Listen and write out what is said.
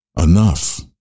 enough